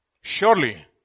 Surely